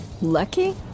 Lucky